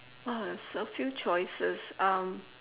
oh it's a few choices um